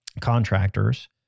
contractors